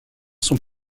sont